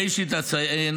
ראשית, אציין